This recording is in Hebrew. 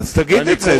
אז תגיד את זה,